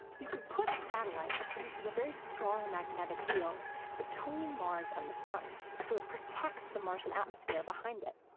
you could put a satellite that produces a very strong magnetic field between mars and the sun so it protects the martian atmosphere behind it.